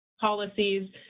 policies